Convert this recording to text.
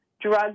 drugs